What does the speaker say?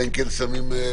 אלא אם כן שמים --- זו